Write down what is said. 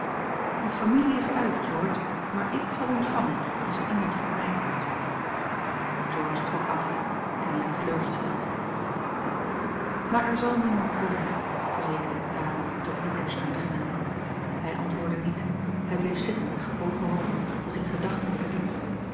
de familie is uit george maar ik zal ontvangen als er iemand voor mij komt george trok af kenlijk teleurgesteld maar er zal niemand komen verzekerde ik daarop tot witgensteyn gewend hij antwoordde niet hij bleef zitten met gebogen hoofd als in gedachten verdiept